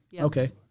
Okay